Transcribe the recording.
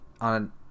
on